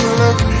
look